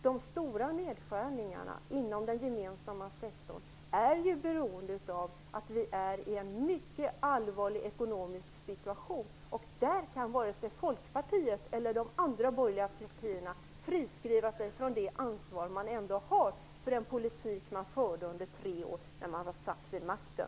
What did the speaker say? De stora nedskärningarna inom den gemensamma sektorn däremot beror på att vi befinner oss i en ekonomiskt mycket allvarlig situation. Där kan varken Folkpartiet eller de andra borgerliga partierna friskriva sig från det ansvar man ändå har för den politik som man förde under sina tre år vid makten.